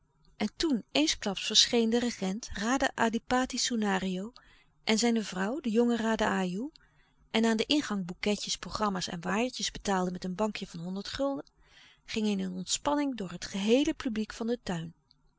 en toen eensklaps verscheen de regent raden adipati soenario en zijne vrouw de jonge raden ajoe en aan den ingang boeketjes programma's en waaiertjes betaalde met een bankje van honderd gulden ging eene ontspanning door het geheele publiek van den tuin